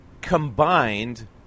combined